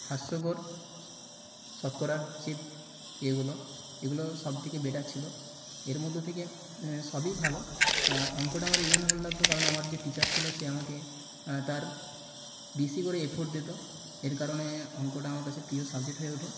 হাস্যকর শতকরার যে এগুলো এগুলো সবথেকে বেটার ছিলো এর মধ্য থেকে সবই ভালো আর অঙ্কটা আমার এই জন্য ভালো লাগতো কারণ আমার যে টিচার ছিলো সে আমাকে তার বেশি করে এফর্ট দিতো এর কারণে অঙ্কটা আমার কাছে প্রিয় সাবজেক্ট হয়ে ওঠে